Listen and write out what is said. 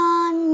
on